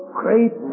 great